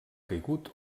caigut